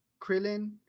Krillin